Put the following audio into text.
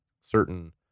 certain